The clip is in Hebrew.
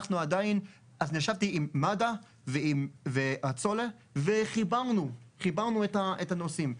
אני ישבתי עם מד"א והצו"ל וחיברנו את הנושאים.